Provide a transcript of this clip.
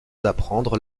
d’apprendre